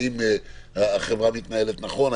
האם החברה מתנהלת נכון,